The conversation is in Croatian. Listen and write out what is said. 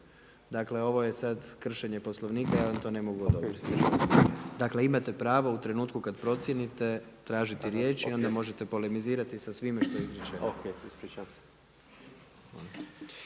Dakle ovo je sada kršenje Poslovnika i ja vam to ne mogu odobriti. Dakle imate pravo u trenutku kada procijenite tražiti riječ i onda možete polemizirati sa svime što je izrečeno.